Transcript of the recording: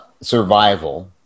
survival